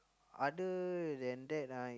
other than that ah